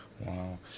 Wow